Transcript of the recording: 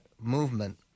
Movement